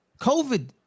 COVID